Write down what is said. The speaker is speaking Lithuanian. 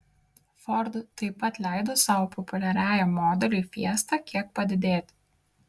ford taip pat leido savo populiariajam modeliui fiesta kiek padidėti